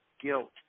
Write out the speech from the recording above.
guilt